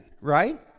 right